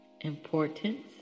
importance